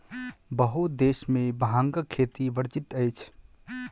बहुत देश में भांगक खेती वर्जित अछि